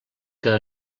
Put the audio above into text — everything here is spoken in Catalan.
que